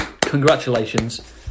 congratulations